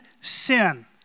sin